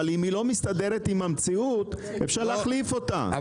אבל אם היא לא מסתדרת עם המציאות אפשר להחליף אותה,